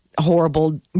horrible